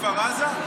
בכפר עזה?